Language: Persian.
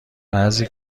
بعضی